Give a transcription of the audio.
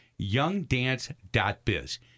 youngdance.biz